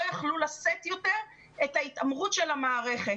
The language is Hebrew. יכלו לשאת יותר את ההתעמרות של המערכת.